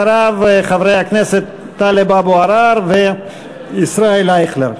אחריו, חברי הכנסת טלב אבו עראר וישראל אייכלר.